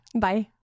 Bye